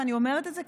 ואני אומרת את זה,